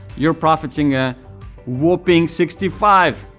you're profiting a whopping sixty five.